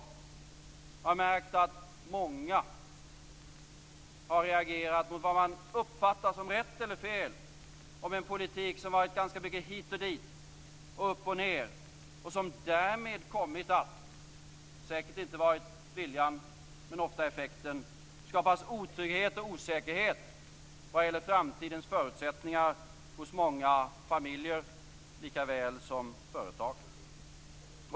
Jag har märkt att många har reagerat mot vad man uppfattar som rätt eller fel om en politik som har varit ganska mycket hit och dit och upp och ned och som därmed kommit att, vilket säkert inte varit viljan men ofta effekten, skapa otrygghet och osäkerhet vad gäller framtidens förutsättningar hos många familjer likväl som hos företag.